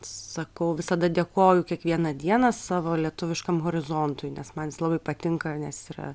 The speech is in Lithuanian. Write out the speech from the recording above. sakau visada dėkoju kiekvieną dieną savo lietuviškam horizontui nes man jis labai patinka nes yra